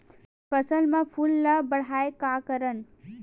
फसल म फूल ल बढ़ाय का करन?